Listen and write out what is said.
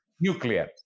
Nuclear